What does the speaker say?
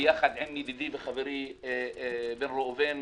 ביחד עם ידידי וחברי איל בן ראובן,